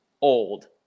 old